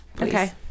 Okay